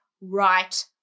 right